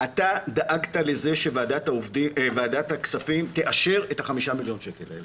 אתה דאגת לזה שוועדת הכספים תאשר את החמישה מיליון שקל האלה.